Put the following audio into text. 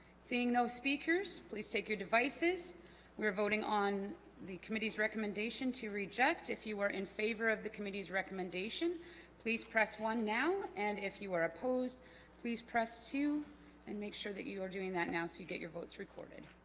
seeing no speakers please take your devices we are voting on the committee's recommendation to reject if you are in favor of the committee's recommendation please press one now and if you are opposed please press two and make sure that you are doing that now so you get your votes recorded